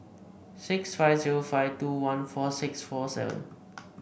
six five zero five two one four six four seven